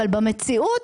אבל במציאות,